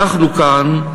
אנחנו כאן,